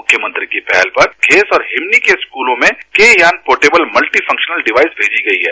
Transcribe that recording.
मुख्यमंत्री की पहल पर घेस और हिमनी के स्कूलों में के यान पोर्टेबल मल्टीफंक्शनल डिवाईस भेजी गई है